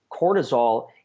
cortisol